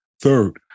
Third